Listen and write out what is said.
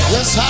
Yes